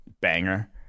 banger